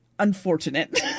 Unfortunate